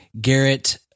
Garrett